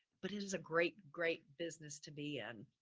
but it is a great, great business to be in.